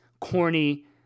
corny